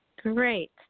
Great